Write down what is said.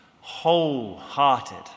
wholehearted